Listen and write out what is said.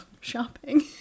shopping